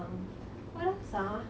what else ah